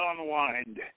unwind